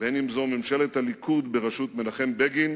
בין אם זו ממשלת הליכוד בראשות מנחם בגין